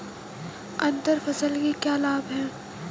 अंतर फसल के क्या लाभ हैं?